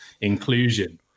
inclusion